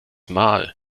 mal